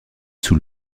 sous